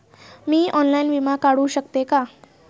मी online विमा काढू शकते का?